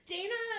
Dana